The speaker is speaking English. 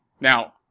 Now